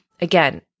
Again